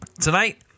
tonight